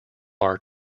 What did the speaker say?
are